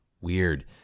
weird